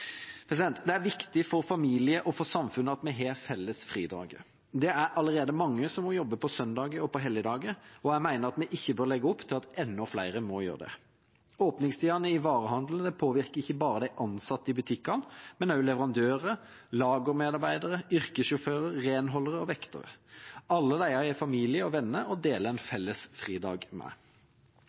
Det er viktig for familien og for samfunnet at vi har felles fridager. Det er allerede mange som må jobbe på søndager og helligdager, og jeg mener at vi ikke bør legge opp til at enda flere må gjøre det. Åpningstidene i varehandelen påvirker ikke bare de ansatte i butikkene, men også leverandører, lagermedarbeidere, yrkessjåfører, renholdere og vektere. Alle disse har familie og venner å dele en felles fridag med.